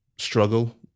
struggle